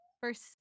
First